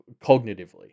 cognitively